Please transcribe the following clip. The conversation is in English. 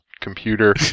computer